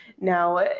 Now